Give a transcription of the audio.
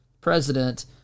president